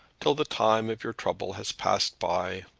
till the time of your trouble has passed by.